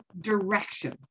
direction